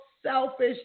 selfish